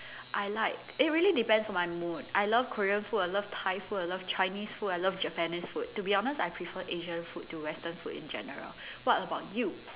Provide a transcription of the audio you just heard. I like it really depends on my mood I love Korean food I love Thai food I love Chinese food I love Japanese food to be honest I prefer Asian food to Western food in general what about you